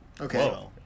Okay